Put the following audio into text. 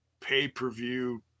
pay-per-view